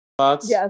yes